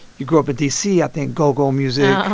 you grew up in d c. i think go-go music. and